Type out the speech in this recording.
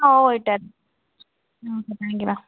ആ ഓ ഇട്ടുതരാം ഓക്കെ താങ്ക് യൂ മാം